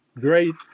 great